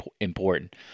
important